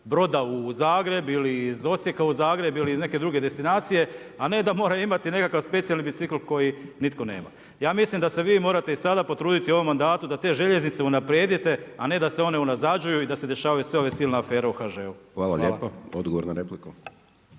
Broda u Zagreb, ili iz Osijeka u Zagreb ili iz neke druge destinacije, a ne da moraju imati nekakav specijalni bicikl koji nitko nema. Ja mislim da se vi morate i sada potruditi o ovom mandatu, da te željeznice unaprijedite a ne da se one unazađuju i da se dešavaju sve ove silne afere u HŽ-u. Hvala. **Hajdaš Dončić,